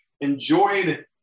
enjoyed